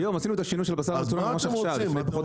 עשינו את השינוי של הבשר המצונן ממש עכשיו לפני חצי שנה.